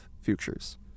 futures